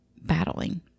battling